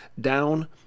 down